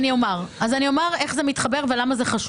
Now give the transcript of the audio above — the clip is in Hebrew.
אני אומר איך זה מתחבר ולמה זה חשוב.